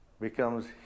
becomes